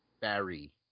Barry